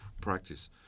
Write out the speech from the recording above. practice